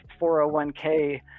401k